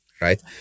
right